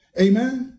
amen